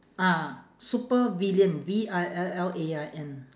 ah supervillain V I L L A I N